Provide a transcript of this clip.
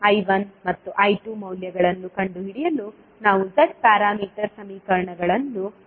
I1 ಮತ್ತು I2 ಮೌಲ್ಯಗಳನ್ನು ಕಂಡುಹಿಡಿಯಲು ನಾವು Z ಪ್ಯಾರಾಮೀಟರ್ ಸಮೀಕರಣಗಳನ್ನು ಬಳಸಬೇಕು